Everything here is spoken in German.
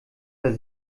der